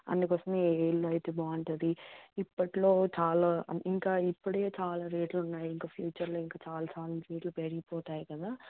అందుకోసం ఏ ఇల్లు అయితే బాగుంటుంది ఇప్పట్లో చాలా ఇంకా ఇప్పుడే చాలా రేట్లు ఉన్నాయి ఇంకా ఫ్యూచర్లో ఇంకా చాలా చాలా రేట్లు పెరిగిపోతాయి కదా